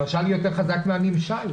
המשל יותר חזק מן הנמשל...